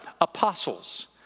apostles